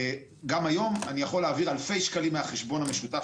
גם היום אני יכול להעביר אלפי שקלים מהחשבון המשותף